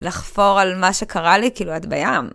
לחפור על מה שקרה לי כאילו את בים.